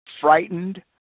frightened